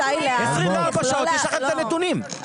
24 שעות יש לכם את הנתונים.